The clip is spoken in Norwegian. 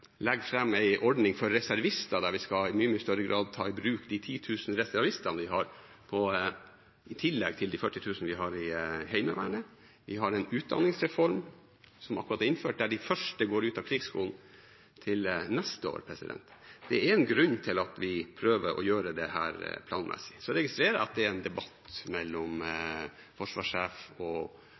ordning for reservister der vi i mye større grad tar i bruk de 10 000 reservistene vi har, i tillegg til de 40 000 vi har i Heimevernet. Vi har en utdanningsreform som akkurat er innført, der de første går ut av Krigsskolen til neste år. Det er en grunn til at vi prøver å gjøre dette planmessig. Så registrerer jeg at det er en debatt mellom forsvarssjef og arbeidstakerorganisasjoner om